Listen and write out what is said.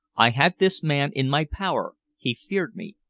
i had this man in my power he feared me.